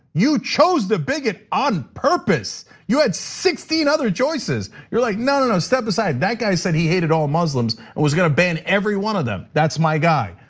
you chose the bigot on purpose. you had sixteen other choices. you're like no, no step aside, that guy said he hated all muslims. and was going to ban every one of them. that's my guy.